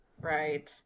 Right